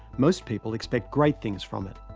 most people expect great things from it.